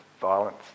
violence